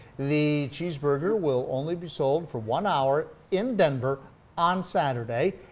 the cheeseburger will only be sold for one hour in denver on saturday.